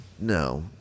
no